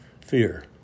fear